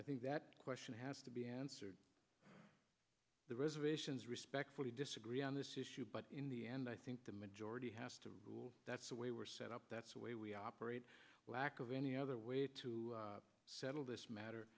i think that question has to be answered the reservations respectfully disagree on this issue but in the end i think the majority has to rule that's the way we're set up that's the way we operate the lack of any other way to settle this matter